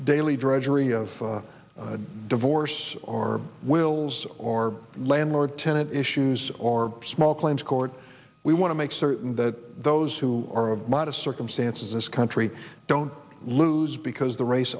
daily drudgery of divorce or will or landlord tenant issues or small claims court we want to make certain that those who are of modest circumstances in this country don't lose because the race